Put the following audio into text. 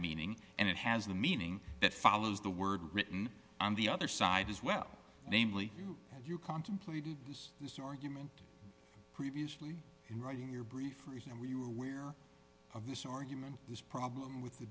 meaning and it has the meaning that follows the word written on the other side as well namely as you contemplated use this argument previously in writing your brief reason and we were aware of this argument this problem with the